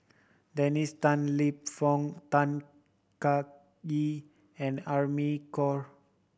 Dennis Tan Lip Fong Tan Kah Kee and Amy Khor